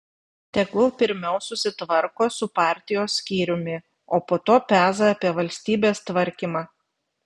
tegul pirmiau susitvarko su partijos skyriumi o po to peza apie valstybės tvarkymą